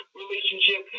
relationship